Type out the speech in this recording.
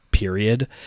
period